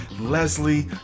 leslie